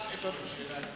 אני רוצה לשאול את השר שאלה.